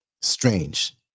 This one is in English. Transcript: Strange